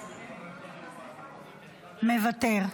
--- מוותר.